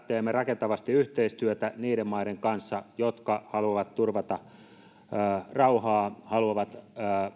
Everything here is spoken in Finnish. teemme rakentavasti yhteistyötä niiden maiden kanssa jotka haluavat turvata rauhaa haluavat